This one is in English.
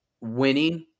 winning